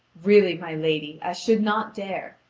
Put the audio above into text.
really, my lady, i should not dare,